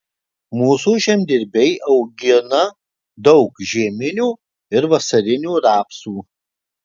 mūsų žemdirbiai augina daug žieminių ir vasarinių rapsų